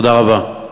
תודה רבה.